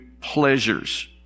pleasures